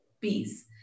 peace